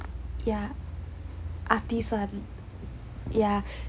ya artisan yeah